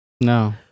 No